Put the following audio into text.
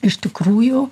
iš tikrųjų